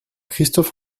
christophe